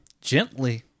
Gently